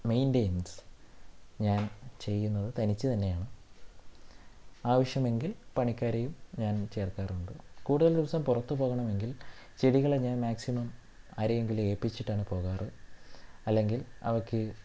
maintenance ഞാൻ ചെയ്യുന്നത് തനിച്ച് തന്നെയാണ് ആവശ്യമെങ്കിൽ പണിക്കാരെയും ഞാൻ ചേർക്കാറുണ്ട് കൂടുതൽ ദിവസം പുറത്ത് പോകണമെങ്കിൽ ചെടികളെ ഞാൻ മാക്സിമം ആരെയെങ്കിലും ഏല്പിച്ചിട്ടാണ് പോകാറ് അല്ലെങ്കിൽ അവയ്ക്ക്